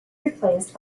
replaced